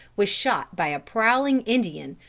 was shot by a prowling indian,